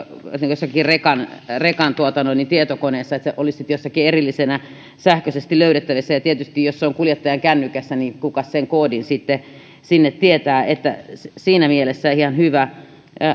jossakin rekan rekan tietokoneessa että se olisi sitten jossakin erillisenä sähköisesti löydettävissä ja tietysti jos se on kuljettajan kännykässä niin kukas sen koodin sinne sitten tietää eli siinä mielessä ihan hyvä